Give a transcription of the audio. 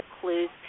clues